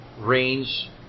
range